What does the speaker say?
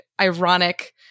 ironic